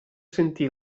sentì